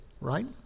right